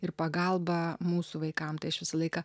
ir pagalba mūsų vaikam tai aš visą laiką